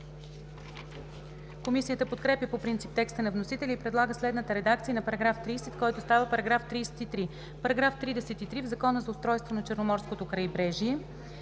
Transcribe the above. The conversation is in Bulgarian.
Комисията подкрепя по принцип текста на вносителя и предлага следната редакция на § 30, който става § 33: „§ 33. В Закона за устройството на Черноморското крайбрежие